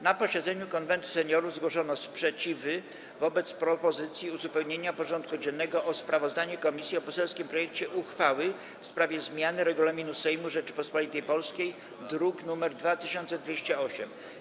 Na posiedzeniu Konwentu Seniorów zgłoszono sprzeciwy wobec propozycji uzupełnienia porządku dziennego o sprawozdanie komisji o poselskim projekcie uchwały w sprawie zmiany Regulaminu Sejmu Rzeczypospolitej Polskiej, druk nr 2208.